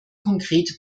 konkrete